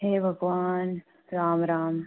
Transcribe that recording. हे भगवान राम राम